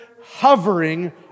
hovering